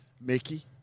Mickey